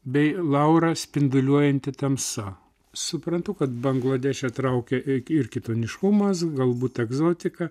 bei laura spinduliuojanti tamsa suprantu kad bangladeše traukia eik ir kitoniškumas galbūt egzotika